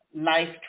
life